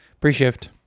pre-shift